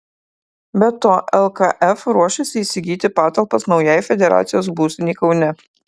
be to lkf ruošiasi įsigyti patalpas naujai federacijos būstinei kaune